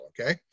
okay